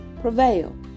prevail